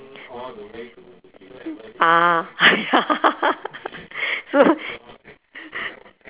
ah ya so